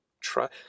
try